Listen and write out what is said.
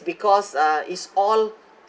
because uh it's all